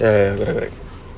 ya ya correct correct